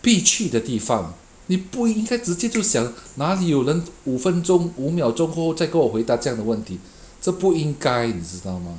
必去的地方你不应该直接就想哪里有人五分钟五秒钟过后再跟我回答这样的问题这不应该你知道 mah